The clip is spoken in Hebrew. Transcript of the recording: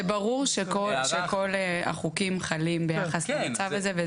זה ברור שכל החוקים חלים ביחס למצב הזה.